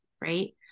right